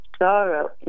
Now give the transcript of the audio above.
sorrow